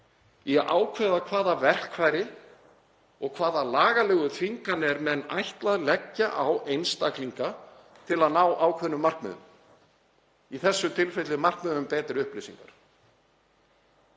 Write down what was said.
að ákveða hvaða verkfæri og hvaða lagalegu þvinganir þeir ætla að leggja á einstaklinga til að ná ákveðnum markmiðum, í þessu tilfelli markmiðum um betri upplýsingar.